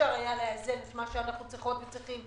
אפשר היה לאזן את מה שאנחנו צריכות וצריכים.